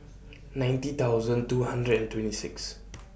ninety thousand two hundred and twenty six